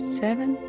seven